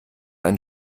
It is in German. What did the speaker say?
ein